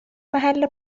محل